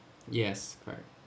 yes correct